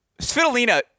Svitolina